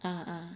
ah ah